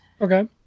Okay